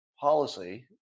policy